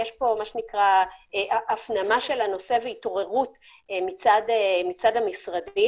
יש הפנמה של הנושא והתעוררות מצד המשרדים,